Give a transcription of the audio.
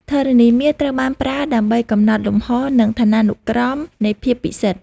ធរណីមាត្រ ត្រូវបានប្រើដើម្បីកំណត់លំហ និងឋានានុក្រមនៃភាពពិសិដ្ឋ។